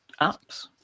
apps